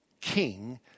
king